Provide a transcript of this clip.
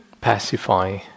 pacify